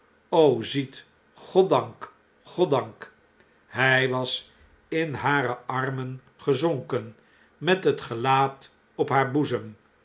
ziet goddank goddank hij was in hare armen gezonken met het gelaat op haar boezem